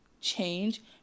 change